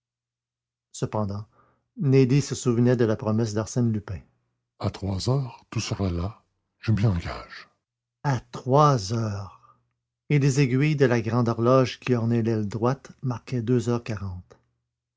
cependant nelly se souvenait de la promesse d'arsène lupin à trois heures tout sera là je m'y engage à trois heures et les aiguilles de la grande horloge qui ornait l'aile droite marquaient deux heures quarante